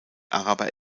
araber